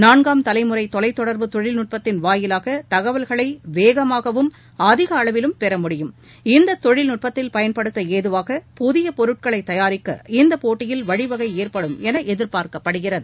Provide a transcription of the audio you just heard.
நான்காம் தலைமுறை தொலைத்தொடர்பு தொழில்நுட்பத்தின் வாயிலாக தகவல்களை வேகமாகவும் அதிக அளவிலும் பெற முடியும் இந்த தொழில் நுட்பத்தில் பயன்படுத்த ஏதுவாக புதிய பொருட்களை தயாரிக்க இந்தப் போட்டியில் வழிவகை ஏற்படும் என எதிர்பாார்க்கப்படுகிறது